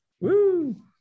woo